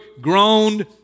groaned